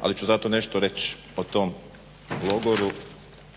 ali ću zato nešto reći o tom logoru